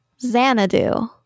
Xanadu